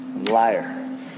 Liar